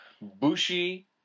Bushi